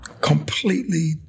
completely